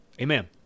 Amen